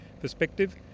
perspective